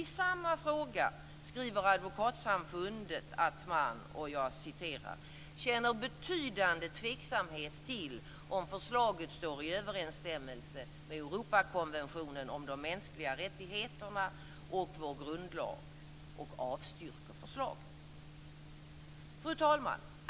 I samma fråga skriver Advokatsamfundet att man "känner betydande tveksamhet till om förslaget står i överensstämmelse med Europakonventionen om de mänskliga rättigheterna och vår grundlag och avstyrker förslaget". Fru talman!